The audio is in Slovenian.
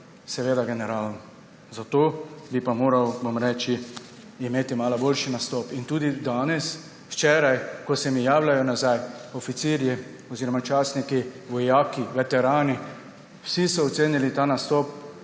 generalom. Za to bi pa moral, bom rekel, imeti malo boljši nastop. Danes, včeraj, ko so se mi javljali nazaj oficirji oziroma častniki, vojaki, veterani, vsi so ocenili ta nastop